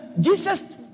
Jesus